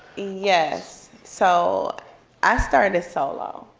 yes, so i started solo.